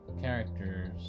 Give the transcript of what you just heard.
characters